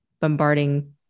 bombarding